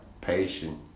patient